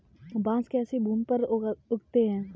बांस कैसे भूमि पर उगते हैं?